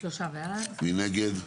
מי נגד?